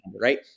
right